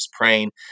praying